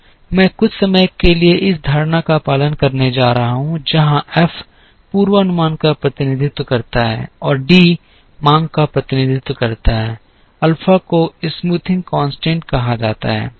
मैं कुछ समय के लिए इस धारणा का पालन करने जा रहा हूं जहां एफ पूर्वानुमान का प्रतिनिधित्व करता है और डी मांग का प्रतिनिधित्व करता है अल्फा को स्मूथिंग स्थिरांक कहा जाता है